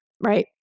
right